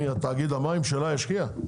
מי תאגיד המים שלה ישקיע?